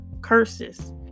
curses